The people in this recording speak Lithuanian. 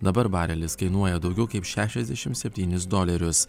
dabar barelis kainuoja daugiau kaip šešiasdešimt septynis dolerius